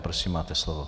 Prosím máte slovo.